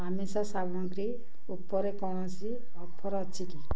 ଆମିଷ ସାମଗ୍ରୀ ଉପରେ କୌଣସି ଅଫର୍ ଅଛି କି